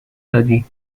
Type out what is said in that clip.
دادی